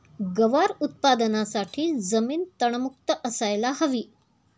गवार उत्पादनासाठी जमीन तणमुक्त असायला हवी